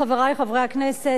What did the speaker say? חברי חברי הכנסת,